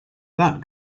that